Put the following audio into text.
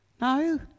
No